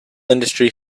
industry